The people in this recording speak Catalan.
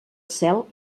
cel